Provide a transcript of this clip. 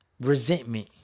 Resentment